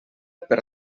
per